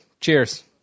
Cheers